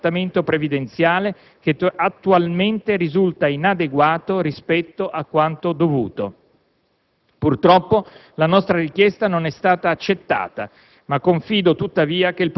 attraverso un adeguato trattamento previdenziale che, attualmente, risulta inadeguato rispetto a quanto dovuto. Purtroppo, la nostra richiesta non è stata accettata.